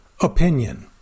Opinion